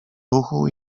ruchu